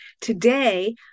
Today